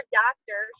doctor